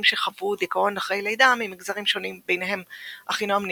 שחוו דל"ל ממגזרים שונים ביניהם אחינועם ניני,